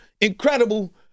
incredible